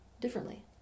differently